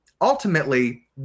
ultimately